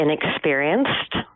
inexperienced